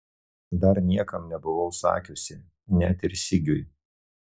dar niekam nebuvau sakiusi net ir sigiui